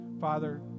Father